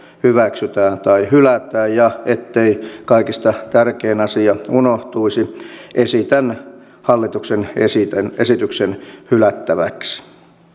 hyväksytään tai hylätään ja ettei kaikista tärkein asia unohtuisi esitän hallituksen esityksen hylättäväksi